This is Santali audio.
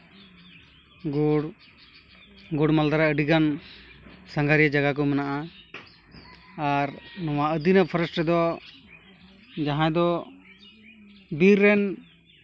ᱜᱳᱲ ᱜᱳᱲ ᱢᱟᱞᱫᱟ ᱨᱮ ᱟᱹᱰᱤᱜᱟᱱ ᱥᱟᱸᱜᱷᱟᱨᱤᱭᱟᱹ ᱡᱟᱭᱜᱟ ᱠᱚ ᱢᱮᱱᱟᱜᱼᱟ ᱟᱨ ᱱᱚᱣᱟ ᱟᱹᱫᱤᱱᱟ ᱯᱷᱚᱨᱮᱥᱴ ᱨᱮᱫᱚ ᱡᱟᱦᱟᱸ ᱫᱚ ᱵᱤᱨ ᱨᱮᱱ